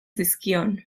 zizkion